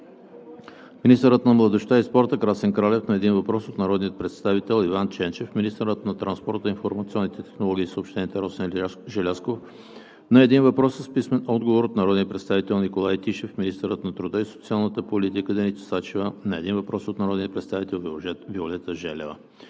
министърът на младежта и спорта Красен Кралев – на един въпрос от народния представител Иван Ченчев; - министърът на транспорта, информационните технологии и съобщенията Росен Желязков – на един въпрос с писмен отговор от народния представител Николай Тишев; - министърът на труда и социалната политика Деница Сачева – на един въпрос от народния представител Виолета Желева.